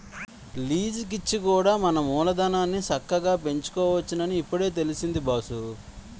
లీజికిచ్చి కూడా మన మూలధనాన్ని చక్కగా పెంచుకోవచ్చునని ఇప్పుడే తెలిసింది బాసూ